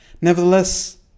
Nevertheless